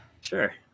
Sure